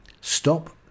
stop